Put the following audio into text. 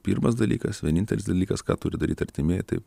pirmas dalykas vienintelis dalykas ką turi daryt artimieji tai